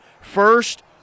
First